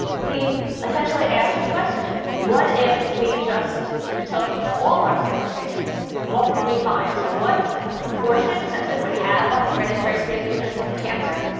we essentially asked the question what if we just took all our cancer patients? what would we find? so what proportion, essentially, would have a hereditary pre-disposition to cancer,